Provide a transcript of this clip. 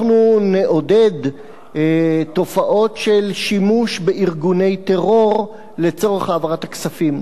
אנחנו נעודד תופעות של שימוש בארגוני טרור לצורך העברת הכספים,